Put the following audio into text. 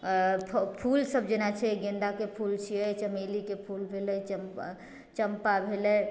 फूल सब जेना छै गेन्दाके फूल छै चमेलीके फूल भेलै चम्पा भेलै